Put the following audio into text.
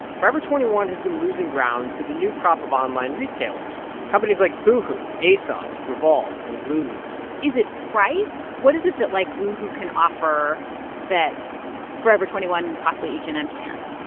forever twenty one has been losing ground to the new crop of online retailers companies like boohoo, asos, revolve and lulus is it price? what is it that, like, boohoo can offer that forever twenty one and possibly h and m can't?